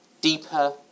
deeper